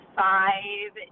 five